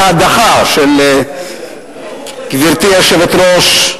גברתי היושבת-ראש,